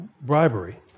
bribery